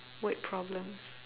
word problems